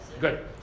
Good